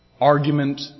Argument